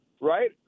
right